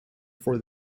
for